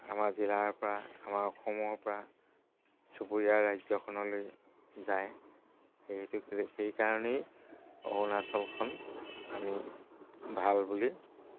আমাৰ জিলাৰ পৰা আমাৰ অসমৰ পৰা চুবুৰীয়া ৰাজ্যখনলৈ যায় সেইটো সেইকাৰণেই অৰুণাচলখন আমি ভাল বুলি